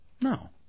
No